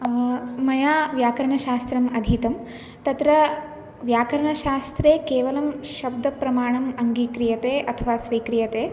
मया व्याकरणशास्त्रम् अधीतं तत्र व्याकरणशास्त्रे केवलं शब्दप्रमाणम् अङ्गीक्रीयते अथवा स्वीक्रीयते